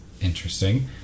interesting